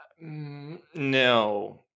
No